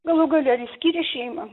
galų gale ir išskyrė šeimą